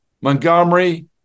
Montgomery